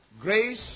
grace